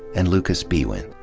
and lucas biewen.